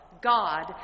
God